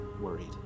worried